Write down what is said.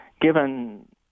given